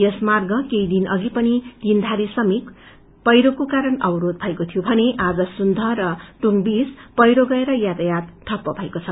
यसमार्ग केही दिन अधि पनि तीनधारे समिप पैङ्रोको कारण अवरोध भएको थियो भने आज सुनदह र टुंग बीच पैङ्रो गएर यातायात ठप्प भएको छ